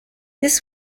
this